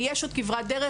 ויש עוד כברת דרך.